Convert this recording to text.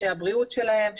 הבריאות שלהם,